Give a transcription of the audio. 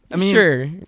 Sure